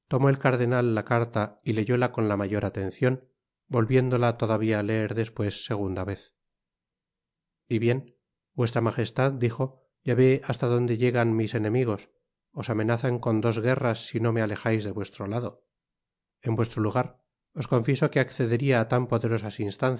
tomó el cardenal la carta y leyóla con la mayor atencion volviéndola todavia á leer despues segunda vez y bien vuestra magestad dijo ya ve hasta donde llegan mis enemigos os amenazan con dos guerras si no me alejais de vuestro lado en vuestro lugar os confieso que accederia á tan poderosas